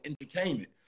entertainment